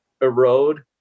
erode